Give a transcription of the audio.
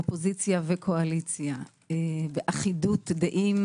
אופוזיציה וקואליציה, באחידות דעים